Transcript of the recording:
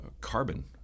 carbon